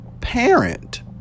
Parent